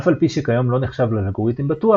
אף על פי שכיום לא נחשב לאלגוריתם בטוח,